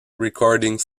recording